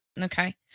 Okay